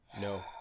No